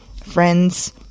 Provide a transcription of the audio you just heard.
friends